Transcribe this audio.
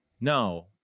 No